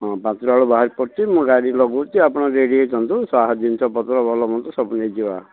ହଁ ପାଞ୍ଚଟା ବେଳକୁ ବାହାରି ପଡ଼ିଛି ମୁଁ ଗାଡ଼ି ଲଗଉଛି ଆପଣ ରେଡ଼ି ହେଇଥାନ୍ତୁ ଯାହା ଜିନିଷପତ୍ର ଭଲ ମନ୍ଦ ସବୁ ନେଇଯିବା